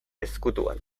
ezkutuan